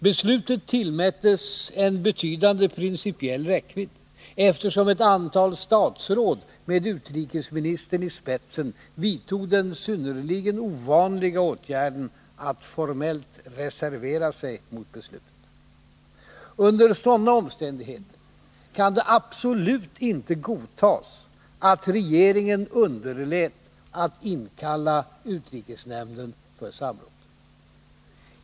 Beslutet tillmättes en betydande principiell räckvidd, eftersom ett antal statsråd med utrikesministern i spetsen vidtog den synnerligen ovanliga åtgärden att formellt reservera sig mot beslutet. Under sådana omständigheter kan det absolut inte godtas att regeringen underlät att inkalla utrikesnämnden för samråd.